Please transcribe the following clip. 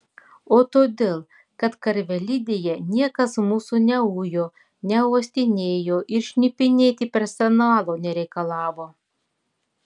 o todėl kad karvelidėje niekas mūsų neujo neuostinėjo ir šnipinėti personalo nereikalavo